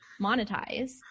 monetize